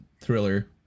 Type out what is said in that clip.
thriller